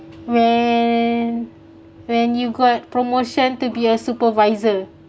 when when you got promotion to be a supervisor